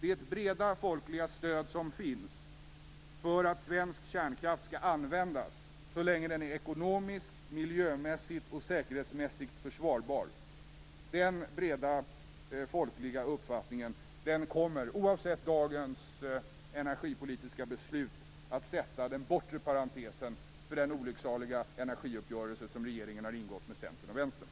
Det breda folkliga stöd som finns för att svensk kärnkraft skall användas så länge den är ekonomiskt, miljömässigt och säkerhetsmässigt försvarbar, kommer oavsett dagens energipolitiska beslut att sätta den bortre parentesen för den olycksaliga energiuppgörelse som regeringen har ingått med Centern och Vänstern.